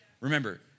Remember